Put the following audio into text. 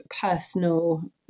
personal